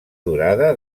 durada